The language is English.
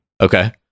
okay